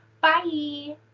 Bye